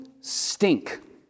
stink